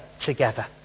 together